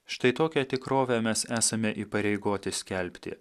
štai tokią tikrovę mes esame įpareigoti skelbti